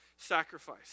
Sacrifice